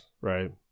right